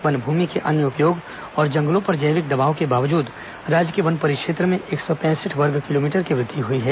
one भूमि के अन्य उपयोग और जंगलों पर जैविक दबाव के बावजूद राज्य के वन परिक्षेत्र में एक सौ पैंसठ वर्ग किलोमीटर की वृद्धि हुई है